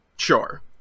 Sure